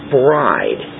bride